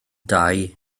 dau